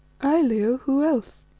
aye, leo, who else?